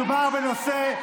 מדובר בנושא,